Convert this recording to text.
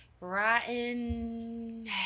rotten